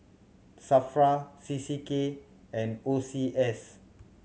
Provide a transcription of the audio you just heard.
SAFRA C C K and O C S